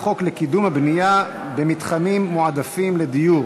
חוק לקידום הבנייה במתחמים מועדפים לדיור